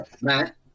Matt